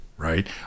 right